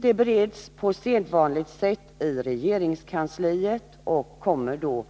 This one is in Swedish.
Det bereds på sedvanligt sätt i regeringskansliet och kommer